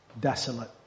desolate